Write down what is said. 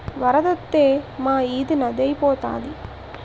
వరదొత్తే మా ఈది నదే ఐపోతాది